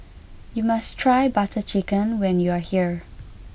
you must try Butter Chicken when you are here